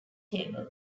table